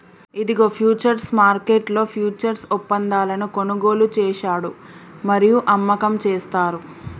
ఇదిగో ఫ్యూచర్స్ మార్కెట్లో ఫ్యూచర్స్ ఒప్పందాలను కొనుగోలు చేశాడు మరియు అమ్మకం చేస్తారు